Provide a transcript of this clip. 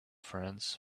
friends